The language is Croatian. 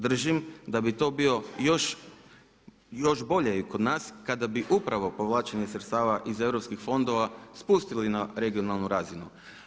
Držim da bi to bilo još bolje i kod nas kada bi upravo povlačenje sredstava iz europskih fondova spustili na regionalnu razinu.